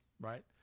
right